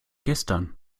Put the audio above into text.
gestern